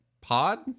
pod